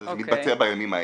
זה מתבצע בימים האלה.